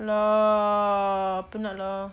penat lah